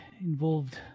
involved